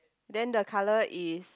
then the colour is